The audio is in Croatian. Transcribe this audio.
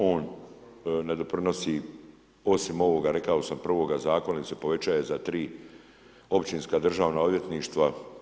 On ne doprinosi osim ovoga rekao sam prvoga zakona gdje se povećava za 3 općinska državna odvjetništva.